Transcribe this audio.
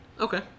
Okay